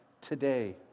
today